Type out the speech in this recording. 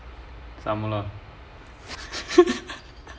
sama lah